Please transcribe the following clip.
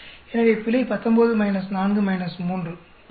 எனவே பிழை 19 4 3 12